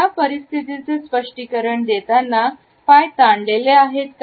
या परिस्थितीचे स्पष्टीकरण देताना पाय ताणलेले आहेत का